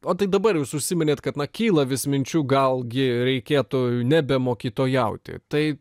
o tai dabar jūs užsiminėt kad na kyla vis minčių gal gi reikėtų nebe mokytojauti tai